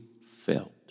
felt